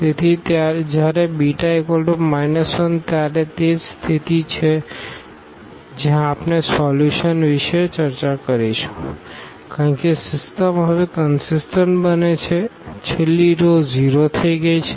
તેથી જ્યારે β 1 ત્યારે આ તે જ સ્થિતિ છે જ્યાં આપણે સોલ્યુશન વિશે ચર્ચા કરીશું કારણ કે સિસ્ટમ હવે કનસીસટન્ટ બને છે છેલ્લી રો 0 થઈ ગઈ છે